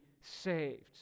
saved